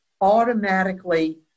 automatically